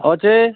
ଅଛେ